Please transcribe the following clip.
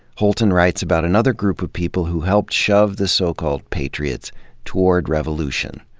holton writes about another group of people who helped shove the so called patriots toward revolution,